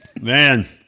man